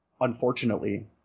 unfortunately